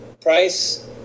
Price